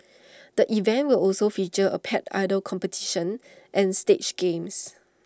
the event will also feature A pet idol competition and stage games